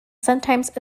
sometimes